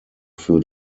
für